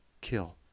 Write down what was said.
kill